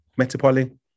Metapoly